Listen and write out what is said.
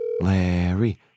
Larry